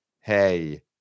Hey